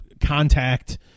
contact